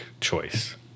choice